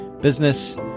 business